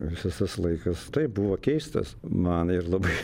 visas tas laikas taip buvo keistas man ir labai